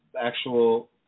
actual